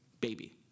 baby